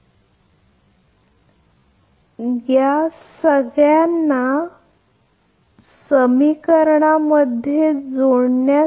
या आधीच्या ब्लॉक डायग्राममध्ये आपण जे काही पाहिले आहे ते हा योग्य आहे वास्तविक हा आपला हा येथे आहे बरोबर आणि हा आपल्याकडे आहे येथून या समीकरणातून जोडण्यासाठी